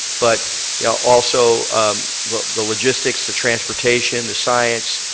but yeah also the the logistics, the transportation, the science,